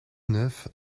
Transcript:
neuf